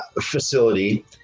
facility